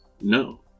no